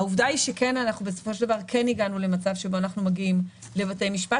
העובדה היא שבסופו של דבר כן הגענו למצב שבו אנחנו מגיעים לבתי משפט.